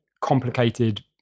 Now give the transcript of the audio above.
complicated